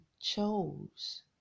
chose